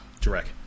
Direct